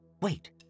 Wait